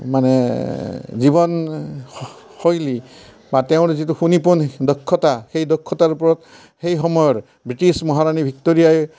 মানে জীৱন শৈলী বা তেওঁৰ যিটো শুনি পোৱা দক্ষতা সেই দক্ষতাৰ ওপৰত সেই সময়ৰ বৃটিছ মহাৰাণী ভিক্ট'ৰীয়াই